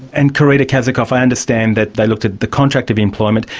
and, carita kazakoff, i understand that they looked at the contract of employment,